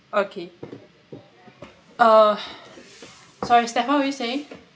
okay uh sorry steph what were you saying